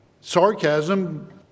sarcasm